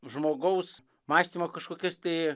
žmogaus mąstymo kažkokias tai